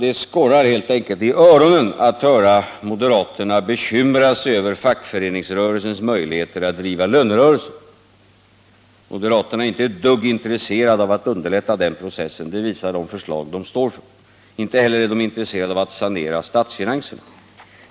Det skorrar helt enkelt i öronen att höra moderaterna bekymra sig över fackföreningsrörelsens möjligheter att driva lönerörelsen. Moderaterna är inte ett dugg intresserade av att underlätta den processen, det visar de förslag som de har ställt. Inte heller är de intresserade av att sanera statens finanser.